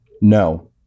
No